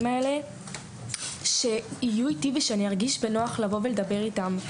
האלה שיהיו איתי ושאני ארגיש בנוח לבוא ולדבר איתם.